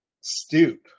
stoop